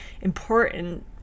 important